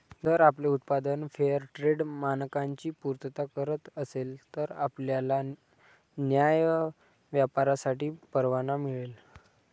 जर आपले उत्पादन फेअरट्रेड मानकांची पूर्तता करत असेल तर आपल्याला न्याय्य व्यापारासाठी परवाना मिळेल